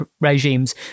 regimes